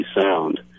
sound